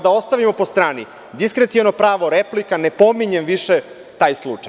Da ostavimo po strani, diskreciono pravo, replika, ne pominjem više taj slučaj.